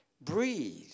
breathe